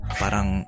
parang